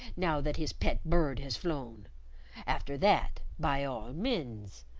now that his pet bird has flown after that by all mins.